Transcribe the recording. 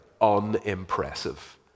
unimpressive